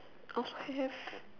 I also have